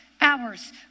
hours